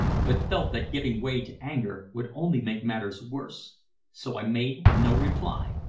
but felt that giving way to anger would only make matters worse so i made no reply,